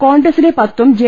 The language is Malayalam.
കോൺഗ്രസിലെ പത്തും ജെ